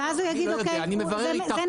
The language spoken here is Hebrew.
ואז הוא יגיד זה נכה,